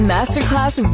Masterclass